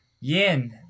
Yin